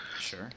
sure